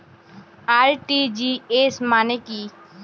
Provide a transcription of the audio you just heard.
RTGS মানে কি?